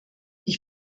ich